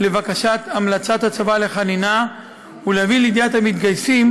לבקשת המלצת הצבא לחנינה ולהביא לידיעת המתגייסים,